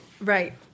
Right